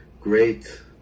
great